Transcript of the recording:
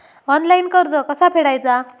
Online कर्ज कसा फेडायचा?